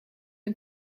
een